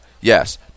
Yes